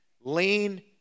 lean